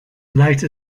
later